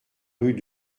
rue